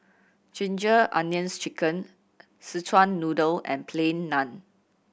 Ginger Onions Chicken Szechuan Noodle and Plain Naan